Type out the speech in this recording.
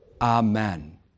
Amen